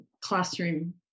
classroom